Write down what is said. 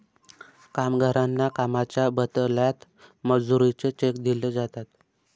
कामगारांना कामाच्या बदल्यात मजुरीचे चेक दिले जातात